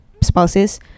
spouses